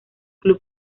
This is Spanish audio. club